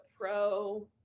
pro